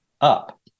up